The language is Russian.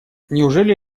неужели